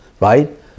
Right